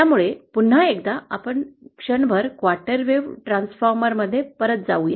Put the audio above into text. त्यामुळे पुन्हा एकदा आपण क्षणभर क्वार्टर वेव्ह ट्रान्सफॉर्मरमध्ये परत जाऊ या